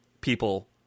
people